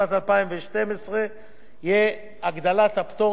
הגדלת הפטור תהיה ב-8.5%,